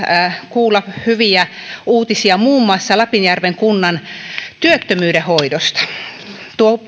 kuulla hyviä uutisia muun muassa lapinjärven kunnan työttömyyden hoidosta tuo